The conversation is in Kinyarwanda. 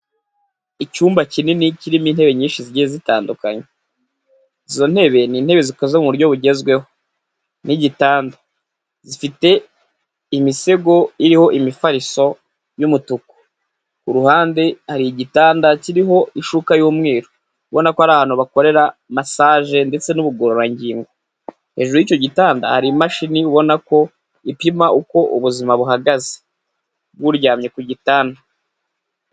Icyumba kinini kirimo intebe nyinshi zigiye zitandukanye, izo ntebe ni intebe zikoze mu buryo bugezweho, n'igitanda zifite imisego iriho imifariso y'umutuku, ku ruhande hari igitanda kiriho ishuka y'umweru, ubona ko ari ahantu bakorera masaje ndetse n'ubugororangingo, hejuru y'icyo gitanda hari imashini ubona ko ipima uko ubuzima buhagaze, bw'uryamye ku gitanda.